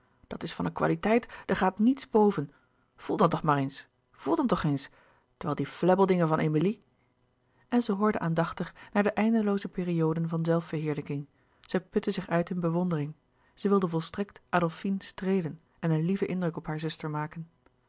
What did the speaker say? dat is van een kwaliteit daar gaat niets boven voel dan toch maar eens voel dan toch eens terwijl die flèbbeldingen van emilie en zij hoorde aandachtig naar de eindelooze perioden van zelfverheerlijking zij putte zich uit in bewondering zij wilde volstrekt adolfine streelen en een lieven indruk op hare zuster maken